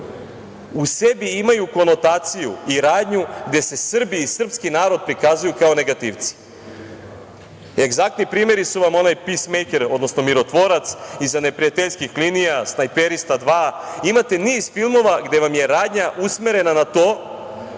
u sebi imaju konotaciju i radnju gde se Srbi i srpski narod prikazuju kao negativci. Egzaktni primeri su vam onaj „Peacemaker“, odnosno „Mirotvorac“, „Iza neprijateljskih linija“, „Snajperista dva“, imate niz filmova gde vam je radnja usmerena na to